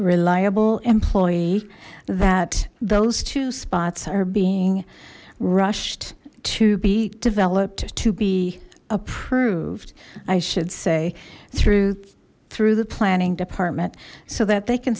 reliable employee that those two spots are being rushed to be developed to be approved i should say through through the planning department so that they can